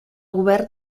govern